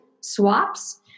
swaps